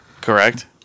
Correct